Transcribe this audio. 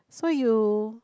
so you